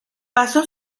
pasó